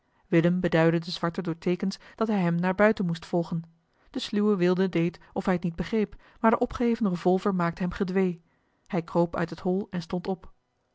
willem beduidde den zwarte door teekens dat hij hem naar buiten moest volgen de sluwe wilde deed of hij het niet begreep maar de opgeheven revolver maakte hem gedwee hij kroop uit het hol en stond op